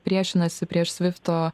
priešinasi prieš svifto